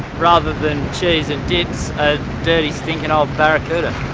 rather than cheese and dips, a dirty stinking old barracuda